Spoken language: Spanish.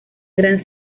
gran